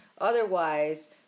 Otherwise